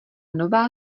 nová